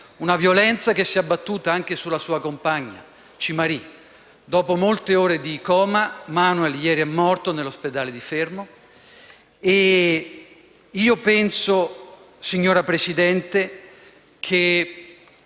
la violenza si è abbattuta anche sulla sua compagna Chinyery. Dopo molte ore di coma, Emmanuel ieri è morto nell'ospedale di Fermo. Signora Presidente, penso